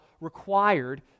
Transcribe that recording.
required